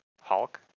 hulk